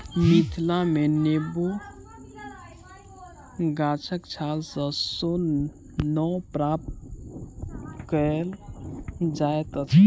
मिथिला मे नेबो गाछक छाल सॅ सोन नै प्राप्त कएल जाइत अछि